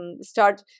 start